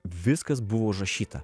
viskas buvo užrašyta